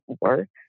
work